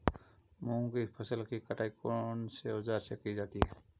मूंग की फसल की कटाई कौनसे औज़ार से की जाती है?